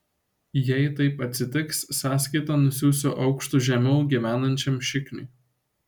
jei taip atsitiks sąskaitą nusiųsiu aukštu žemiau gyvenančiam šikniui